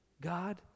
God